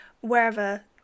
wherever